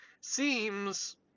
seems